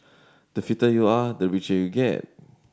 the fitter you are the richer you get